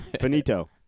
Finito